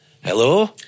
hello